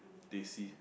Teh C